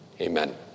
Amen